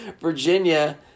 Virginia